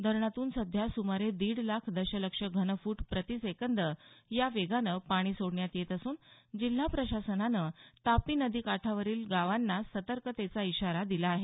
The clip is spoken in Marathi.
धरणातून सध्या सुमारे दीड लाख दशलक्ष घनफूट प्रतिसेकंद वेगानं पाणी सोडण्यात येत असून जिल्हा प्रशासनानं तापी नदी काठावरील गावांना सर्तकतेचा इशारा दिला आहे